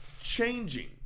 changing